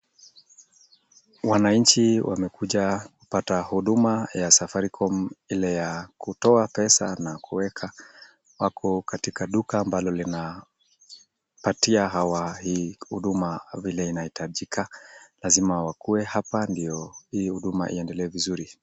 Wananchi wamekuja kupata huduma ya Safaricom, ile ya kutoa pesa na kuweka. Wako katika duka ambalo inapatia hawa hii huduma vile inahitajika. Lazima wakuwe hapa ndio hii huduma iendelee vizuri.